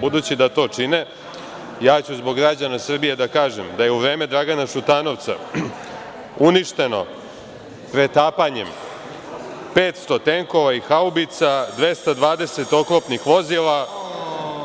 Budući da to čine, ja ću zbog građana Srbije da kažem da je u vreme Dragana Šutanovca uništeno pretapanjem 500 tenkova i haubica, 220 oklopnih vozila,